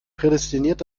prädestiniert